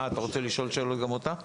אה, אתה רוצה לשאול גם אותה שאלות?